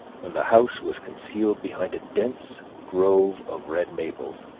when the house was concealed behind a dense grove of red maples,